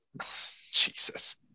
Jesus